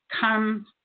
come